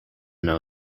know